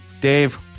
Dave